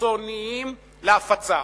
חיצוניים להפצה.